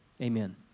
Amen